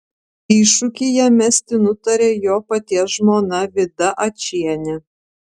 iššūkį jam mesti nutarė jo paties žmona vida ačienė